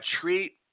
treat